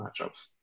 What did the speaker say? matchups